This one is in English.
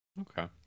okay